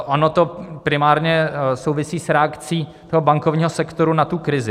Ono to primárně souvisí s reakcí bankovního sektoru na krizi.